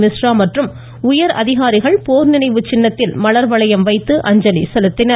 மிஸ்ரா மற்றும் உயர் அதிகாரிகள் போர் நினைவுச் சின்னத்தில் மலர் வளையம் வைத்து அஞ்சலி செலுத்தினார்கள்